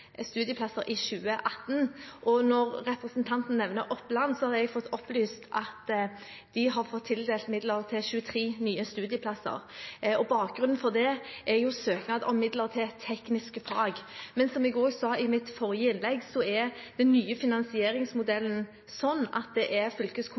studieplasser i 2018. Når representanten nevner Oppland, har jeg fått opplyst at de har fått tildelt midler til 23 nye studieplasser, og bakgrunnen for det er søknad om midler til tekniske fag. Men som jeg også sa i mitt forrige innlegg, er den nye